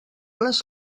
les